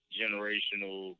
generational